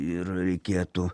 ir reikėtų